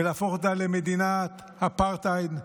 ולהפוך אותה למדינת אפרטהייד.